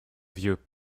vieux